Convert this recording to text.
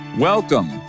Welcome